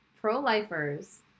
pro-lifers